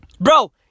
Bro